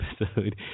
episode